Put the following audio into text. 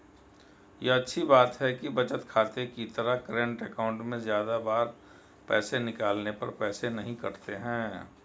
ये अच्छी बात है कि बचत खाते की तरह करंट अकाउंट में ज्यादा बार पैसे निकालने पर पैसे नही कटते है